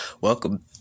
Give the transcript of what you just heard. Welcome